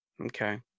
Okay